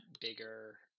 bigger